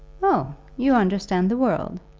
oh, you understand the world.